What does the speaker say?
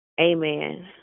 amen